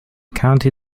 county